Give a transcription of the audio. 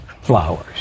flowers